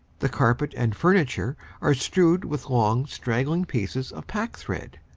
the carpet and furniture are strewed with long, straggling pieces of packthread.